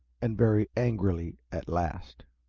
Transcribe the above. and very angrily at last.